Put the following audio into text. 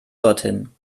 dorthin